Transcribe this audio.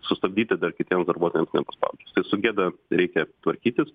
sustabdyti dar kitiems darbuotojams nepaspaudžius tai su gėda reikia tvarkytis